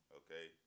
okay